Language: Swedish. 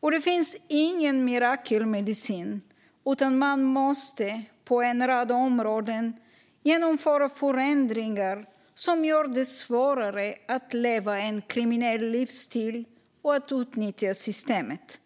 Och det finns ingen mirakelmedicin, utan man måste på en rad områden genomföra förändringar som gör det svårare att leva en kriminell livsstil och att utnyttja systemet.